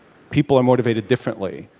people are motivated differently.